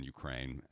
Ukraine